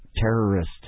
terrorist